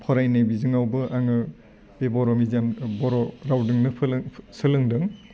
फरायनो बिजोंआवबो आङो बे बर' मेदियाम बर' रावजोंनो फोरों सोलोंदों